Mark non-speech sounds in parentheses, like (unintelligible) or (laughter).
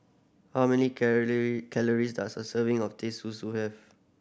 how many (unintelligible) calories does a serving of Teh Susu have